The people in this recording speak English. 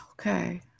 Okay